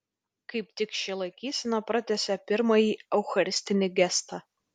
kaip tik ši laikysena pratęsia pirmąjį eucharistinį gestą